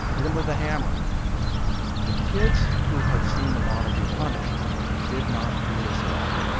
hit him with a hammer the kids who had seen the model be punished did not do this at all.